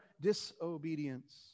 disobedience